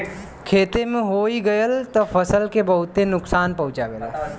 खेते में होई गयल त फसल के बहुते नुकसान पहुंचावेला